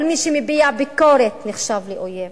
כל מי שמביע ביקורת נחשב לאויב.